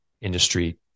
industry